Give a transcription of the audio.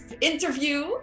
interview